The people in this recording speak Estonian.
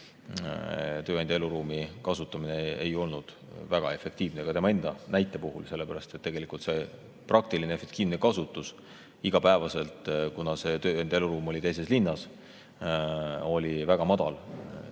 tööandja eluruumi kasutamine ei olnud väga efektiivne ka tema enda puhul, sellepärast et praktiline aktiivne kasutus igapäevaselt, kuna see tööandja eluruum oli teises linnas, oli väga